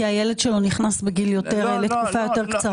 כי הילד שלו נכנס לתקופה יותר קצרה?